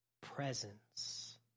presence